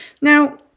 Now